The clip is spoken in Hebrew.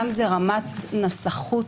שם זה רמת נסחות